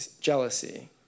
jealousy